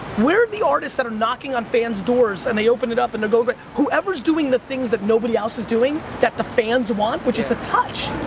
where are the artists that are knocking on fans' doors, and they open it up, and they go, get. whoever's doing the things that nobody else is doing, that the fans want, which is the touch.